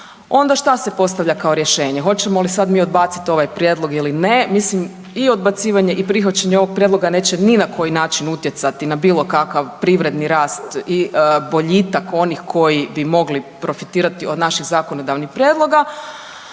onda šta se postavlja kao rješenje? Hoćemo li mi sad odbaciti ovaj prijedlog ili ne? Mislim i odbacivanje i prihvaćanje ovog prijedloga neće ni na koji način utjecati na bilo kakav privredni rast i boljitak onih koji bi mogli profitirati od naših zakonodavnih prijedloga.